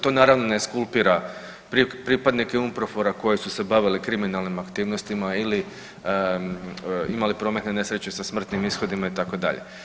To naravno ne skulpira pripadnike UNPROFOR-a koji su se bavili kriminalnim aktivnostima ili imali prometne nesreće sa smrtnim ishodima itd.